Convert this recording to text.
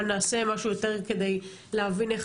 ונעשה משהו יותר כדאי כדי להבין איך